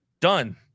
Done